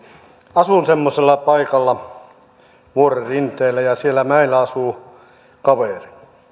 asun semmoisella paikalla vuoren rinteellä ja siellä mäellä asuu kaveri